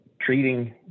treating